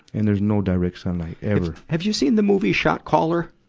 and there's no direct sunlight. ever. have you seen the movie shot caller?